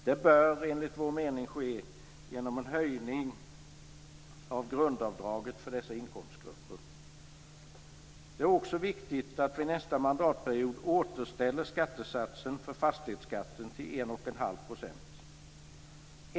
Det bör enligt vår mening ske genom en höjning av grundavdraget för dessa inkomstgrupper. Det är också viktigt att vi nästa mandatperiod återställer skattesatsen för fastighetsskatten till 11⁄2 %.